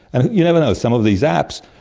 and you never know, some of these apps,